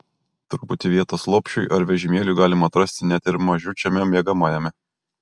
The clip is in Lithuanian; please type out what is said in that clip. truputį vietos lopšiui ar vežimėliui galima atrasti net ir mažučiame miegamajame